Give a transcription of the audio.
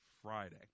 Friday